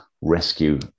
rescue